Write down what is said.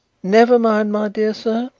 never mind, my dear sir,